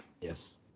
Yes